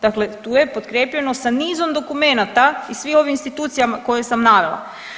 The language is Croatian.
Dakle tu je potkrijepljeno sa nizom dokumenata i svim ovim institucijama koje sam navela.